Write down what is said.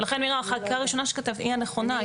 לכן נירה החקיקה הראשונה שכתבת היא הנכונה,